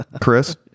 Chris